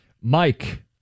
Mike